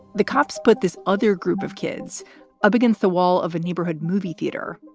the cops put this other group of kids up against the wall of a neighborhood movie theater,